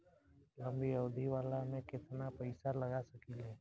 लंबी अवधि वाला में केतना पइसा लगा सकिले?